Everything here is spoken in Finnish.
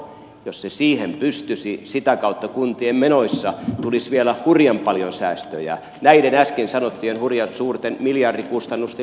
jos se siihen pystyisi sitä kautta kuntien menoissa tulisi vielä hurjan paljon säästöjä jo näiden äsken sanottujen hurjan suurten miljardikustannusten lisäksi